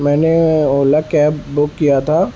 میں نے Ola cab book کیا تھا